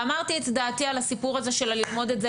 ואמרתי את דעתי את הסיפור של ללמוד את זה,